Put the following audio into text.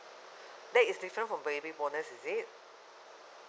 that is different from baby bonus is it